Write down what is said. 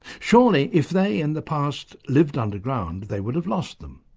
surely if they in the past lived underground they would have lost them.